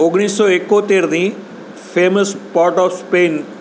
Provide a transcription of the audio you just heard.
ઓગણીસસો એકોતેરની famous port of Spain